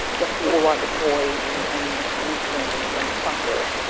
you have to be all right with noise and pollution and and traffic,